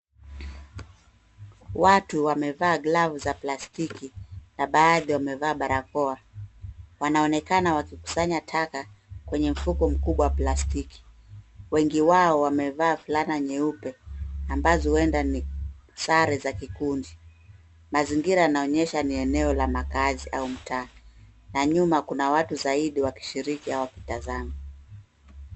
Watu wamevaa glavu za plastiki na baadhi wamevaa barakoa. Wanaonekana wakikusanya taka kwenye mfuko mkubwa wa plastiki. Wengi wao wamevaa fulana nyeupe ambazo huenda ni sare za kikundi. Mazingira yanaonyesha ni eneo la makazi au mtaa, na nyuma kuna watu wakishiriki au wakitazama.